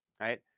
right